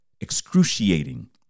excruciating